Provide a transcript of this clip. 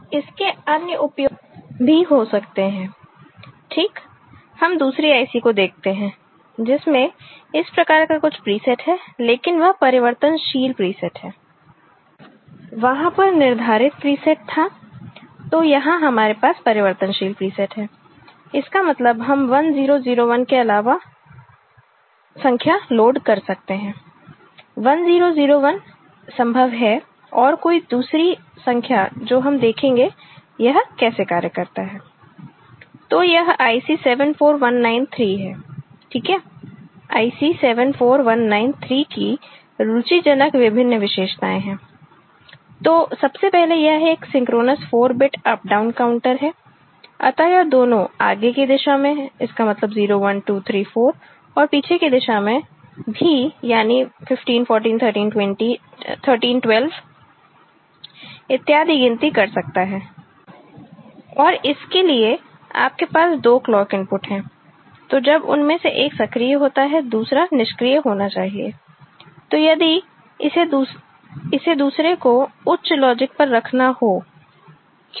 और इसके अन्य उपयोग भी हो सकते हैं ठीक हम दूसरी IC को देखते हैं जिसमें इस प्रकार का कुछ प्रीसेट है लेकिन वह परिवर्तनशील प्रीसेट है वहां पर निर्धारित प्रीसेट था तो यहां हमारे पास परिवर्तनशील प्रीसेट है इसका मतलब हम 1 0 0 1 के अलावा संख्या लोड कर सकते हैं 1 0 0 1 संभव है और कोई दूसरी संख्या जो हम देखेंगे यह कैसे कार्य करता है तो यह IC 74193 है ठीक है IC 74193 की रुचिजनक विभिन्न विशेषताएं है तो सबसे पहले यह एक synchronous 4 bit up down counter है अतः यह दोनों आगे की दिशा में इसका मतलब 0 1 2 3 4 और पीछे की दिशा में भी यानी 15 14 13 12 इत्यादि गिनती कर सकता है और इसके लिए आपके पास दो क्लॉक इनपुट है तो जब उनमें से एक सक्रिय होता है दूसरा निष्क्रिय होना चाहिए तो यदि इसे दूसरे को उच्च लॉजिक पर रखना हो क्यों